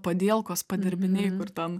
padielkos padirbiniai kur ten